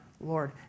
Lord